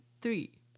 three